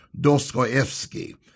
Dostoevsky